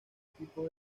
tipos